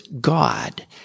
God